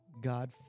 God